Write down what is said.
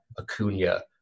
Acuna